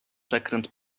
zakręt